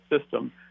system